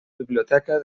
biblioteca